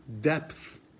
depth